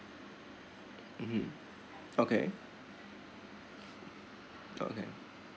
(uh huh) okay okay